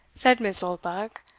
said miss oldbuck,